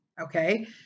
okay